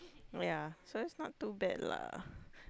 ya so it's not too bad lah